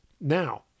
Now